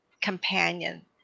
companion